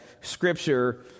scripture